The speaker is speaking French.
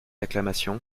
acclamation